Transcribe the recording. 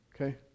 Okay